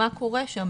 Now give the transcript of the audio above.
מה קורה שם,